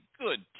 good